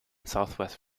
southwest